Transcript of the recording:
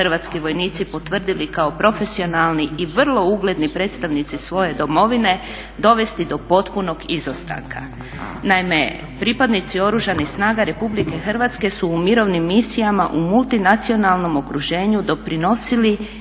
hrvatski vojnici potvrdili kao profesionalni i vrlo ugledni predstavnici svoje domovine dovesti do potpunog izostanka. Naime, pripadnici Oružanih snaga Republike Hrvatske su u mirovnim misijama u multinacionalnom okruženju doprinosili